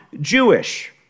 Jewish